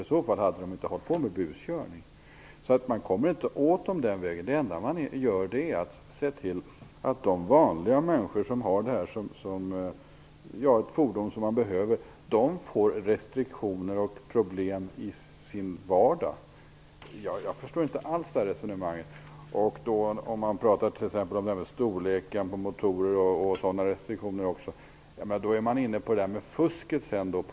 I så fall hade de inte hållit på med buskörning. Man kommer inte åt dem den vägen. Det enda man gör är att se till att de vanliga människorna, som behöver sina skotrar, drabbas av restriktioner och får problem i sin vardag. Jag förstår inte alls det här resonemanget. Lennart Rohdin talar om restriktioner vad gäller storleken på motorerna. Då kommer man in på fusket.